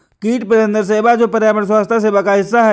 कीट प्रबंधन सेवा जो पर्यावरण स्वास्थ्य सेवा का हिस्सा है